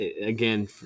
again